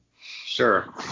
Sure